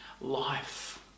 Life